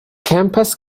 campus